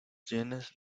llenas